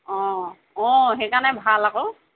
অঁ অঁ সেইকাৰণে ভাল আকৌ